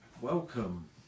Welcome